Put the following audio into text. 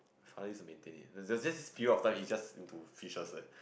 I used to maintain it it's just period of time it's just into fish